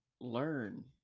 learn